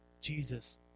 Jesus